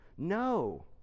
No